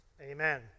amen